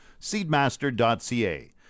Seedmaster.ca